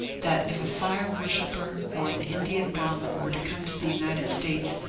that if a fire-worshipper or an indian brahmin were to come to the united states,